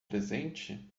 presente